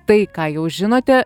tai ką jau žinote